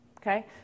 Okay